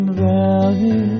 valley